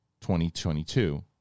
2022